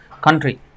country